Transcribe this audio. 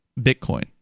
Bitcoin